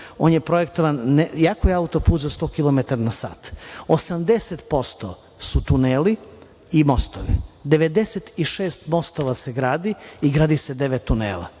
On je projektovan, iako je auto-put za 100 km na sat, 80% su tuneli i mostovi, 96 mostova se gradi i gradi se devet tunela.